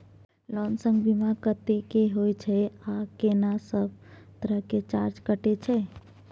Loan संग बीमा कत्ते के होय छै आ केना सब तरह के चार्ज कटै छै?